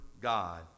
God